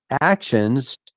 actions